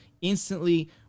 instantly